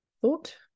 thought